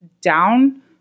down